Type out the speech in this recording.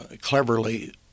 cleverly